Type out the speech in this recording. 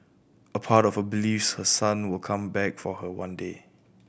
a part of her believes her son will come back for her one day